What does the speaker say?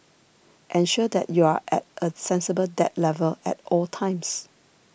ensure that you are at a sensible debt level at all times